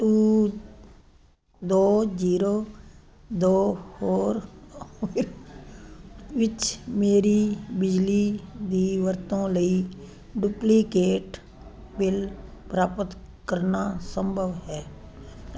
to ਦੋ zero ਦੋ four ਵਿੱਚ ਮੇਰੀ ਬਿਜਲੀ ਦੀ ਵਰਤੋਂ ਲਈ ਡੁਪਲੀਕੇਟ ਬਿੱਲ ਪ੍ਰਾਪਤ ਕਰਨਾ ਸੰਭਵ ਹੈ